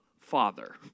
Father